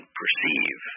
perceive